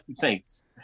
thanks